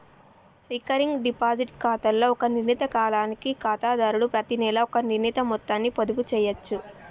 recurring deposit ఖాతాలో ఒక నిర్ణీత కాలానికి ఖాతాదారుడు ప్రతినెలా ఒక నిర్ణీత మొత్తాన్ని పొదుపు చేయచ్చు